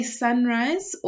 sunrise